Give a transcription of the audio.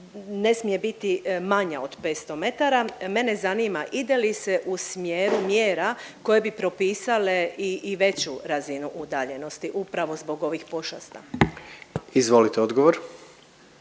ne smije biti manja od 500 m. Mene zanima ide li se u smjeru mjera koje bi propisale i, i veću razinu udaljenosti upravo zbog pošasti. **Jandroković,